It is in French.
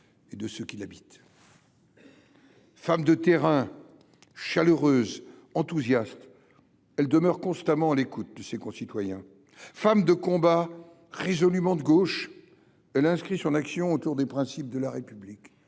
et de ceux qui l’habitent. Femme de terrain, chaleureuse et enthousiaste, elle demeure constamment à l’écoute de ses concitoyens. Femme de combat, résolument de gauche, elle inscrit son action dans les principes de la République